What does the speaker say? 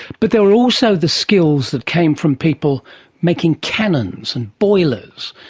but there were also the skills that came from people making cannons and boilers,